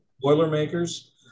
Boilermakers